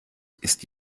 ist